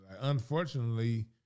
Unfortunately